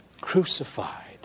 crucified